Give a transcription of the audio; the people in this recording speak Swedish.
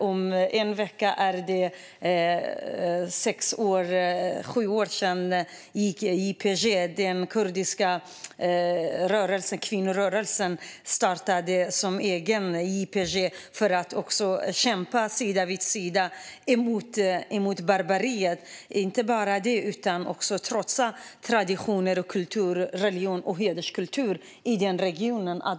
Om en vecka är det sju år sedan YPJ, den kurdiska kvinnorörelsen, startade för att kämpa sida vid sida mot barbariet. Och inte bara det, utan man trotsar också traditioner, kultur, religion och hederskultur i regionen.